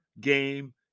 game